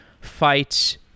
fights